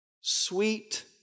sweet